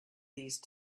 these